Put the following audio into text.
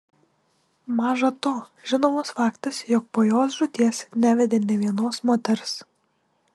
maža to žinomas faktas jog po jos žūties nevedė nė vienos moters